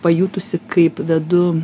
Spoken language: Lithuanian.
pajutusi kaip vedu